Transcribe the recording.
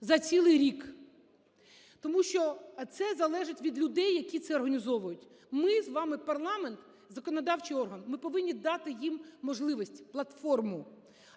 …за цілий рік. Тому що це залежить від людей, які це організовують. Ми з вами, парламент, законодавчий орган, ми повинні дати їм можливість, платформу,